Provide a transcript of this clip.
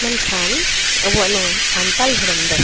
ᱢᱮᱱᱠᱷᱟᱱ ᱟᱵᱚᱣᱟᱜ ᱱᱚᱣᱟ ᱥᱟᱱᱛᱟᱲ ᱫᱷᱚᱨᱚᱢ ᱫᱚ